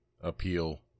appeal